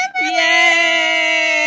Yay